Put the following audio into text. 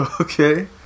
Okay